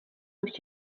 durch